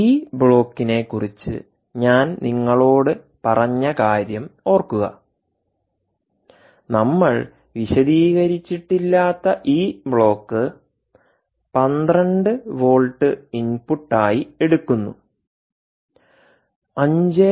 ഈ ബ്ലോക്കിനെക്കുറിച്ച് ഞാൻ നിങ്ങളോട് പറഞ്ഞ കാര്യം ഓർക്കുക നമ്മൾ വിശദീകരിച്ചിട്ടില്ലാത്ത ഈ ബ്ലോക്ക് 12 വോൾട്ട് ഇൻപുട്ടായി എടുക്കുന്നു 5